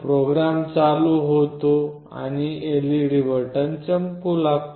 programme चालू होतो आणि LED बोर्डवर चमकू लागतो